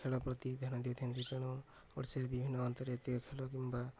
ଖେଳ ପ୍ରତି ଧ୍ୟାନ ଦେଇଥାନ୍ତି ତେଣୁ ଓଡ଼ିଶାରେ ବିଭିନ୍ନ ଅନ୍ତର୍ଜାତକୀୟ ଖେଳ କିମ୍ବା